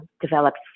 developed